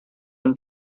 and